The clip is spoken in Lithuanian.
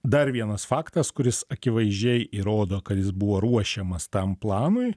dar vienas faktas kuris akivaizdžiai įrodo kad jis buvo ruošiamas tam planui